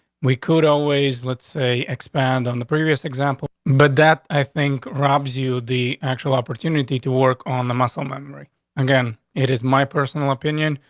we could always lets a expand on the previous example, but that i think rob's you the actual opportunity to work on the muscle memory again. it is my personal opinion.